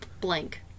blank